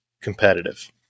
competitive